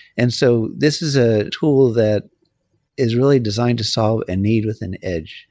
and so this is a tool that is really designed to solve a need within edge.